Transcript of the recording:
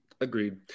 Agreed